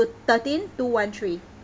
thirteen two one three